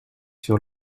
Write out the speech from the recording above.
sur